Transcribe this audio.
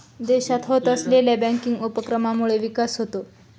देशात होत असलेल्या बँकिंग उपक्रमांमुळे विकास होतो